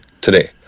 today